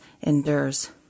endures